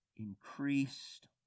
increased